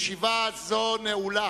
אני קובע שהצעת ועדת